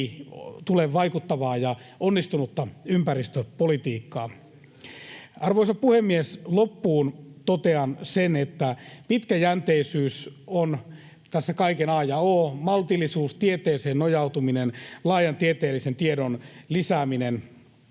tule vaikuttavaa ja onnistunutta ympäristöpolitiikkaa. Arvoisa puhemies! Loppuun totean sen, että pitkäjänteisyys on tässä kaiken a ja o, maltillisuus, tieteeseen nojautuminen, laajan tieteellisen tiedon lisääminen.